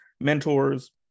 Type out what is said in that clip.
mentors